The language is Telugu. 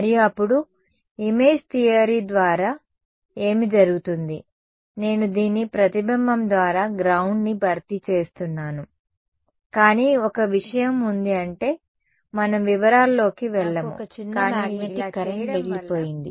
మరియు అప్పుడు ఇమేజ్ థియరీ ద్వారా ఏమి జరుగుతుంది నేను దీని ప్రతిబింబం ద్వారా గ్రౌండ్ ని భర్తీ చేస్తున్నాను కానీ ఒక విషయం ఉంది అంటే మనం వివరాల్లోకి వెళ్లము కానీ ఇలా చేయడం వల్ల నాకు ఒక చిన్న మాగ్నెటిక్ కరెంట్ మిగిలిపోయింది